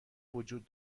وجود